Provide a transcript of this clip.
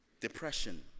Depression